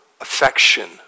affection